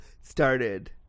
started